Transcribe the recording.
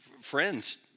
friends